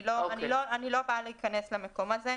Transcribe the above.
אני לא נכנסת למקום הזה.